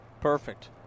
Perfect